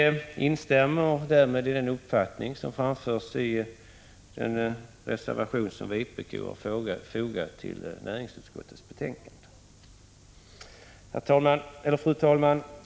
Vi delar därmed den uppfattning som framförs i vpk:s reservation till utskottsbetänkandet. Fru talman!